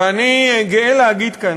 ואני גאה להגיד כאן,